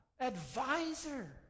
advisor